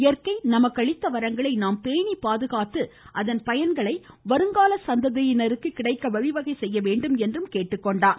இயற்கை நமக்கு அளித்த வரங்களை நாம் பேணி பாதுகாத்து அதன் பயன்கள் வருங்கால சந்ததியினருக்கு கிடைக்க வழிவகை செய்ய வேண்டும் என்றார்